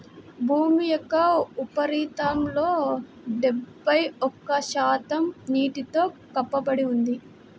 భూమి యొక్క ఉపరితలంలో డెబ్బై ఒక్క శాతం నీటితో కప్పబడి ఉంది